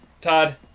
todd